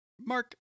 Mark